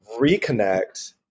reconnect